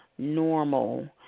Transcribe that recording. normal